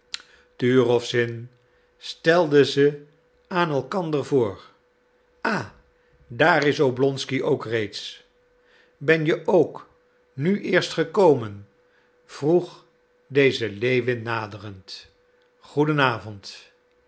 turowzin stelde ze aan elkander voor ah daar is oblonsky ook reeds ben je ook nu eerst gekomen vroeg deze lewin naderend